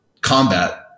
combat